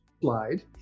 slide